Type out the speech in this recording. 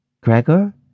Gregor